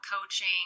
coaching